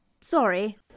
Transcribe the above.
Sorry